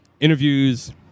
Interviews